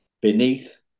beneath